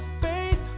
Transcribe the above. faith